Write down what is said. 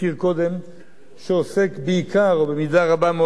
שעוסק בעיקר או במידה רבה מאוד בהתקפות על ישראל,